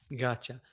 Gotcha